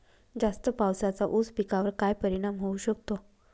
जास्त पावसाचा ऊस पिकावर काय परिणाम होऊ शकतो?